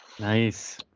nice